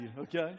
okay